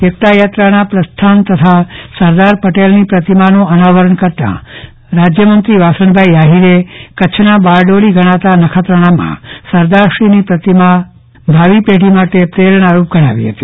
એકતાયાત્રાના પ્રસ્થાન તથા સરદાર પટેલની પ્રતિમાનું અનાવરણ કરતા રાજ્યમંત્રી વાસણભાઈ આહિરે કચ્છનાં બારડોલી ગણાતાં નખત્રાણામાં સરદારશ્રી ની પ્રતિમા ભાવી પેઢી માટે પ્રેરણારૂપ ગણાવી હતી